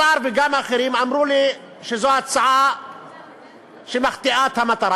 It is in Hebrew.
השר וגם אחרים אמרו לי שזאת הצעה שמחטיאה את המטרה,